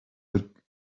would